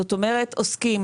זאת אומרת שעוסקים